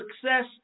success